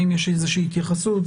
האם יש איזושהי התייחסות?